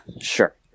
Sure